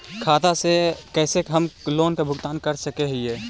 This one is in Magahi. खाता से कैसे हम लोन के भुगतान कर सक हिय?